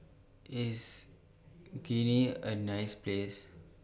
IS Guinea A nice Place